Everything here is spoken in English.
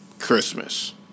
Christmas